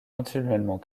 continuellement